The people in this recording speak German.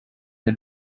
der